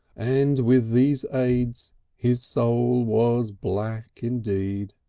and with these aids his soul was black indeed.